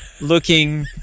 looking